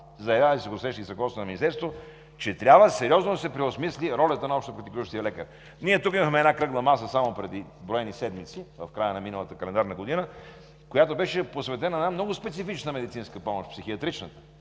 заявявали са го в срещи и с ръководството на Министерството, че трябва сериозно да се преосмисли ролята на общопрактикуващия лекар. Ние тук имахме кръгла маса само преди броени седмици – в края на миналата календарна година, която беше посветена на една много специфична медицинска помощ – психиатричната.